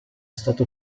stato